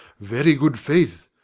very good, faith.